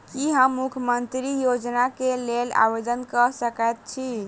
की हम मुख्यमंत्री योजना केँ लेल आवेदन कऽ सकैत छी?